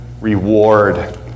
reward